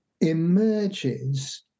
emerges